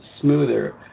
smoother